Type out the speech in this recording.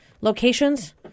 locations